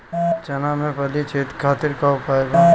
चना में फली छेदक खातिर का उपाय बा?